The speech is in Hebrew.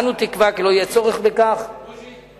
אנו תקווה כי לא יהיה צורך בכך ושכמות